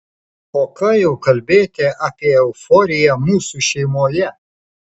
o ką jau kalbėti apie euforiją mūsų šeimoje